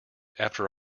after